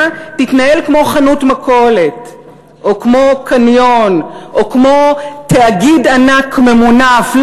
תתנהל כמו חנות מכולת או כמו קניון או כמו תאגיד ענק ממונף.